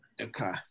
Okay